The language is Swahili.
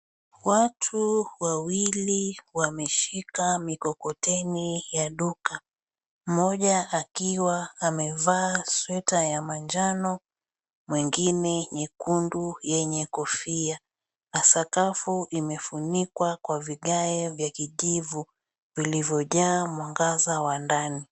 Watu wawili wameshika mikokoteni ya duka. Mmoja akiwa amevaa sweta ya manjano, mwingine nyekundu yenye kofia. Na sakafu imefunikwa kwa vigae vya kijivu vilivyojaa mwangaza wa ndani.